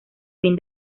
fin